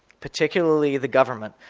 particularly the government,